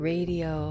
Radio